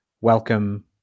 welcome